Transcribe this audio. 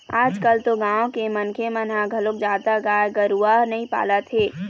आजकाल तो गाँव के मनखे मन ह घलोक जादा गाय गरूवा नइ पालत हे